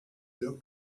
dog